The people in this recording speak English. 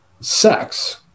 Sex